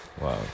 Wow